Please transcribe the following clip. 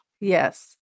Yes